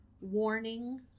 warning